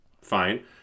Fine